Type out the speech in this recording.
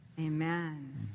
Amen